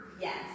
Yes